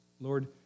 Lord